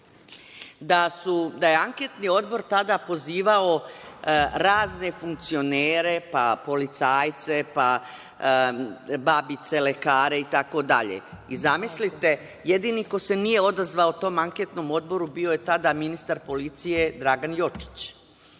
da je Anketni odbor tada pozivao razne funkcionere, pa, policajce, pa, babice, lekare itd. I, zamislite, jedini ko se nije odazvao tom anketnom odboru bio je tada ministar policije Dragan Jočić.A